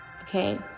okay